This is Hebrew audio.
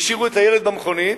והשאירו את הילד במכונית,